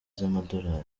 z’amadorali